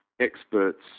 experts